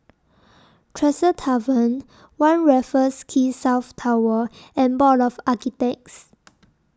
Tresor Tavern one Raffles Quay South Tower and Board of Architects